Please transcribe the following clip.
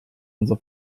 unser